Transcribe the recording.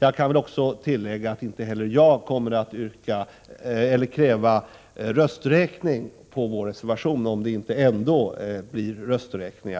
Jag vill också tillägga att inte heller jag kommer att begära rösträkning i samband med voteringen om min reservation, om det inte ändå blir fråga om en rösträkning